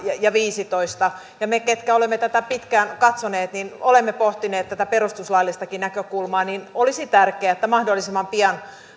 ja ja viisitoista ja me ketkä olemme tätä pitkään katsoneet olemme pohtineet tätä perustuslaillistakin näkökulmaa olisi tärkeää että mahdollisimman pian